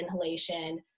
inhalation